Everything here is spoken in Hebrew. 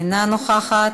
אינה נוכחת,